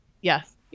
yes